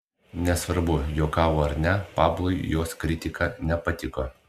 nesvarbu juokavo ar ne pablui jos kritika nepatiko